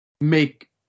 make